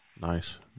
Nice